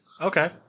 Okay